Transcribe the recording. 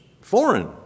foreign